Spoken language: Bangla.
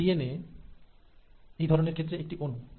সুতরাং একটি DNA যা এই ক্ষেত্রে এই অনু